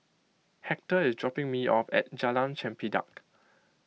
Hector is dropping me off at Jalan Chempedak